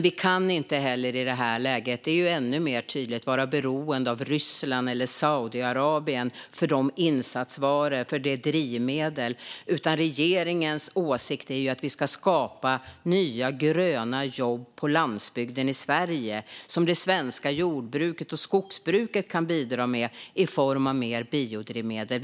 Vi kan i detta läge heller inte vara beroende av Ryssland eller Saudiarabien för insatsvaror och drivmedel - det är ännu mer tydligt - utan regeringens åsikt är att vi ska skapa nya gröna jobb på landsbygden i Sverige som det svenska jordbruket och skogsbruket kan bidra till i form av mer biodrivmedel.